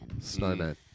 Snowman